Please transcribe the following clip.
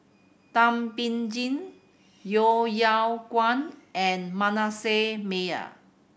Thum Ping Tjin Yeo Yeow Kwang and Manasseh Meyer